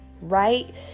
right